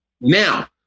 Now